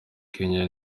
kenya